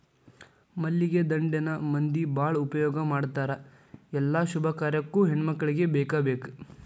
ಮಲ್ಲಿಗೆ ದಂಡೆನ ಮಂದಿ ಬಾಳ ಉಪಯೋಗ ಮಾಡತಾರ ಎಲ್ಲಾ ಶುಭ ಕಾರ್ಯಕ್ಕು ಹೆಣ್ಮಕ್ಕಳಿಗೆ ಬೇಕಬೇಕ